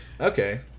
Okay